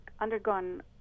undergone